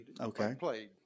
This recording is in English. Okay